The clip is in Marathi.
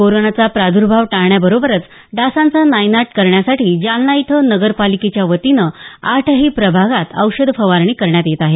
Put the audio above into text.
कोरोनाचा प्राद्र्भाव टाळण्याबरोबरच डासांचा नायनाट करण्यासाठी जालना इथं नगरपालिकेच्यावतीनं आठही प्रभागात औषधं फवारणी करण्यात येत आहे